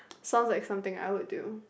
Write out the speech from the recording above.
sounds like something I would do